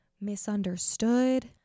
misunderstood